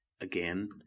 again